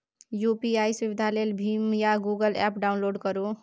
UPI सुविधा लेल भीम या गुगल एप्प डाउनलोड करु